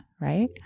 right